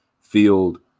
field